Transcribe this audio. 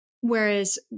whereas